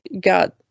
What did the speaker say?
got